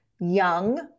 young